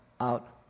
out